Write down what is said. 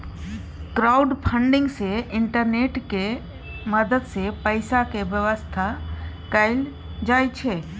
crowdfunding सँ internet केर मदद सँ पैसाक बेबस्था कएल जाइ छै